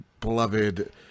beloved